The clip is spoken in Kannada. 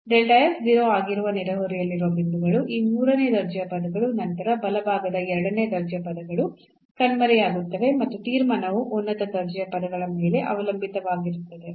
0 ಆಗಿರುವ ನೆರೆಹೊರೆಯಲ್ಲಿರುವ ಬಿಂದುಗಳು ಈ ಮೂರನೇ ದರ್ಜೆಯ ಪದಗಳು ನಂತರ ಬಲಭಾಗದ ಎರಡನೇ ದರ್ಜೆಯ ಪದಗಳು ಕಣ್ಮರೆಯಾಗುತ್ತವೆ ಮತ್ತು ತೀರ್ಮಾನವು ಉನ್ನತ ದರ್ಜೆಯ ಪದಗಳ ಮೇಲೆ ಅವಲಂಬಿತವಾಗಿರುತ್ತದೆ